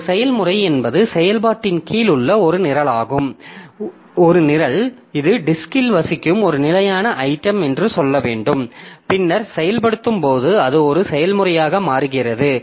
ஒரு செயல்முறை என்பது செயல்பாட்டின் கீழ் உள்ள ஒரு நிரலாகும் ஒரு நிரல் இது டிஸ்க்கில் வசிக்கும் ஒரு நிலையான ஐட்டம் என்று சொல்ல வேண்டும் பின்னர் செயல்படுத்தும்போது அது ஒரு செயல்முறையாக மாறுகிறது